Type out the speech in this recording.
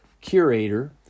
Curator